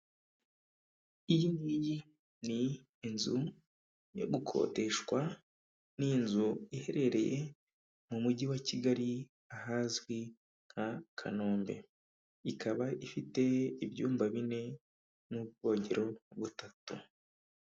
Iyi ngiyi ni inzu yo gukodeshwa ,ni inzu iherereye mu mujyi wa kigali ahazwi nka kanombe ikaba ifite ibyumba bine n'ubwogero butatu.